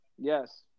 Yes